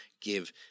give